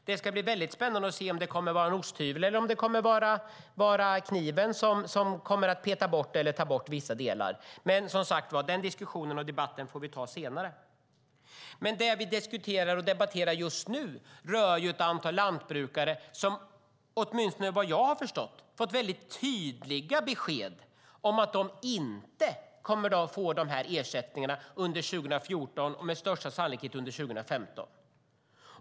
Det ska bli spännande att se om det kommer att vara osthyveln eller kniven som kommer att ta bort vissa delar. Den diskussionen och debatten får vi ta senare. Det vi diskuterar och debatterar just nu rör ett antal lantbrukare som, åtminstone vad jag har förstått, fått tydliga besked om att de inte kommer att få ersättningarna under 2014 och med största sannolikhet under 2015.